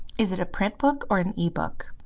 is it a print book, or an ebook?